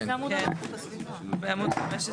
תיקונים, בעמוד 15